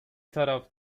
taraf